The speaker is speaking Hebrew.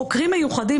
חוקים מיוחדים,